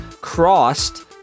crossed